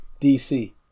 DC